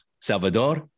Salvador